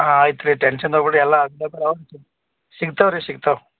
ಹಾಂ ಆಯ್ತು ರೀ ಟೆನ್ಷನ್ದಾಗ ಬುಡಿ ಎಲ್ಲ ಶಿಗ್ತಾವ ರೀ ಶಿಗ್ತಾವ